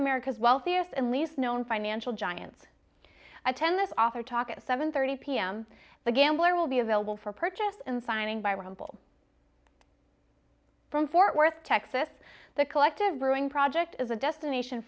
america's wealthiest and least known financial giants attend this author talk at seven thirty pm the gambler will be available for purchase in signing by rampal from fort worth texas the collective brewing project is a destination